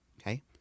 okay